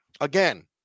again